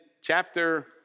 chapter